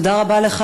תודה רבה לך.